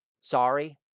sorry